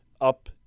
up